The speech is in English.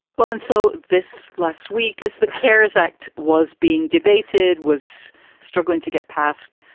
well, and so this last week, as the cares act was being debated, was struggling to get past.